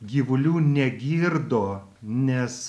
gyvulių negirdo nes